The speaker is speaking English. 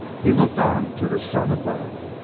he looked on to the sun above.